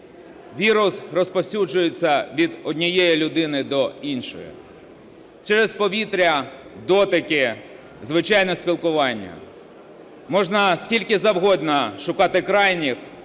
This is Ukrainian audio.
Вірус розповсюджується від однієї людини до іншої через повітря, дотики, звичайне спілкування. Можна скільки завгодно шукати крайніх,